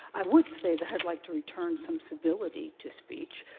i would say that i'd like to return some civility to speech.